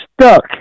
stuck